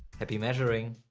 happy measuring.